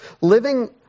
Living